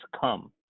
come